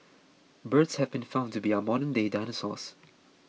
birds have been found to be our modernday dinosaurs